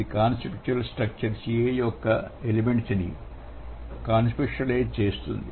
ఇది conceptual structure Ca యొక్క ఒక ఎలిమెంట్ ని కాన్సెప్చువలైజ్ చేస్తుంది